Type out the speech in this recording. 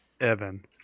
Evan